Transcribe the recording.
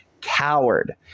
coward